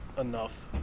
enough